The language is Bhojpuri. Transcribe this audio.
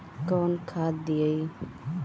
कौन खाद दियई?